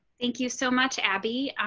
thank you so much. abby,